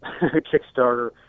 Kickstarter